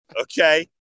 Okay